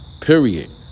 period